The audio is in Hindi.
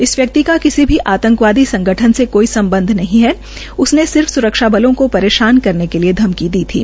इस व्यक्ति का किसी भी आतंकवादी संगठन से कोई संबंध नहीं था उसने सिर्फ स्रक्षा बलों को परेशान करने के लिए धमकी दी थी